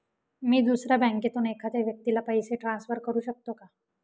मी दुसऱ्या बँकेतून एखाद्या व्यक्ती ला पैसे ट्रान्सफर करु शकतो का?